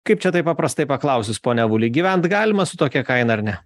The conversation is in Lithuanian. kaip čia taip paprastai paklausus pone avuli gyvent galima su tokia kaina ar ne